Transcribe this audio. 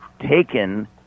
taken